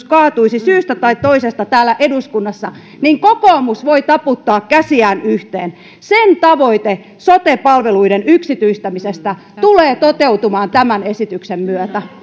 kaatuisi syystä tai toisesta täällä eduskunnassa niin kokoomus voi taputtaa käsiään yhteen sen tavoite sote palveluiden yksityistämisestä tulee toteutumaan tämän esityksen myötä